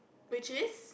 which is